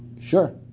Sure